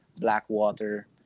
Blackwater